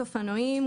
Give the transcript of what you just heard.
אופנועים,